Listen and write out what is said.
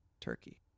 turkey